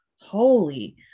holy